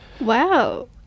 Wow